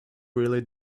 really